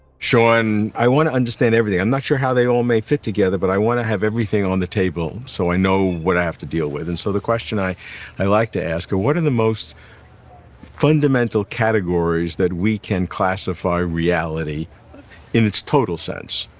sean, i want to understand everything. i'm not sure how they all may fit together, but i want to have everything on the table so i know what i have to deal with, and so the question i i like to ask what are and the most fundamental categories that we can classify reality in its total sense.